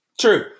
True